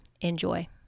enjoy